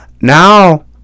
now